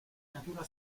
natura